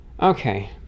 Okay